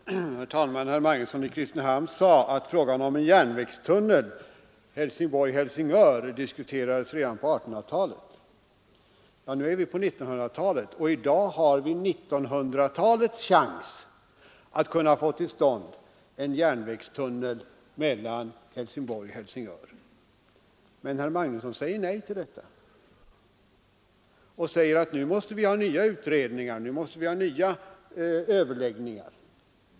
Herr talman! Herr Magnusson i Kristinehamn sade att frågan om en järnvägstunnel Helsingborg—Helsingör diskuterades redan på 1800-talet. Vi befinner oss nu i 1900-talet, och nu har vi 1900-talets chans att få till stånd en järnvägstunnel mellan Helsingborg och Helsingör. Herr Magnusson i Kristinehamn säger nej till detta och menar att nu måste vi ha nya utredningar och nya överläggningar.